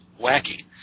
wacky